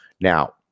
Now